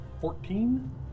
fourteen